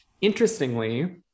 interestingly